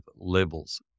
levels